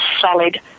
solid